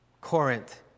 Corinth